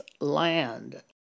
land